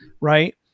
Right